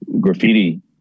graffiti